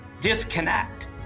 disconnect